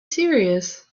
serious